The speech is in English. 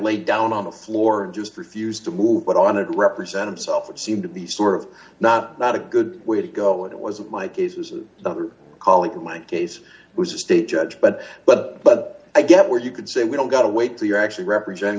lay down on the floor and just refused to move but i wanted to represent himself it seemed to be sort of not not a good way to go and it wasn't my cases or the other colleagues in my case it was a state judge but but but i get where you could say we don't got to wait till you're actually representing